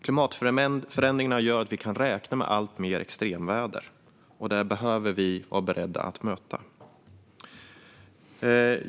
Klimatförändringarna gör att vi kan räkna med alltmer extremväder. Det behöver vi vara beredda att möta. Herr talman!